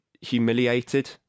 humiliated